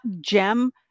gem